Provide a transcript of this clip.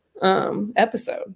Episode